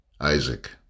Isaac